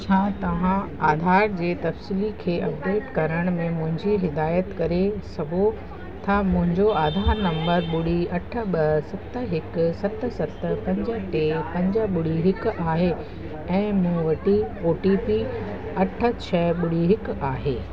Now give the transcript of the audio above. छा तव्हां आधार जे तफ़सीली खे अपडेट करण में मुंहिंजी हिदायत करे सघो था मुंहिंजो आधार नंबर ॿुड़ी अठ ॿ सत हिकु सत सत पंज टे पंज ॿुड़ी हिकु आहे ऐं मूं वटि ओटीपी अठ छह ॿुड़ी हिकु आहे